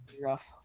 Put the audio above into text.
Rough